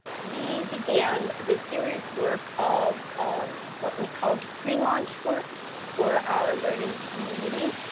we began this serious work of um what we called prelaunch work for our learning community,